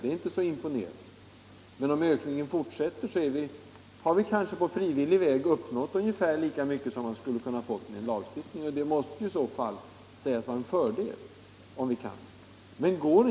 Det är inte särskilt imponerande. Men om ökningen fortsätter kan vi kanske på frivillig väg uppnå ungefär lika mycket som man skulle vinna med lagstiftning och det är i så fall att föredra.